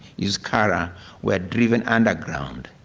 yeah kriscara were driven underground.